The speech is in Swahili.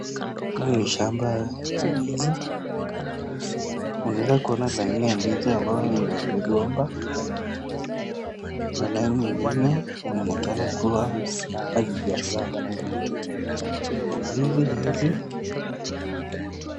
Hii ni shamba ya ndizi. Unaeza kuona laini ya ndizi ambayo ina migomba na laini ingine inaonekana kuwa hazijazaa. Ndizi hizi...